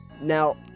Now